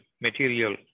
material